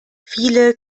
viele